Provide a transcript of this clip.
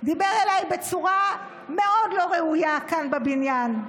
דיבר עליי בצורה מאוד לא ראויה כאן בבניין,